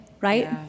right